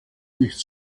nicht